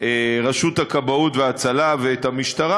רשות הכבאות וההצלה ואת המשטרה,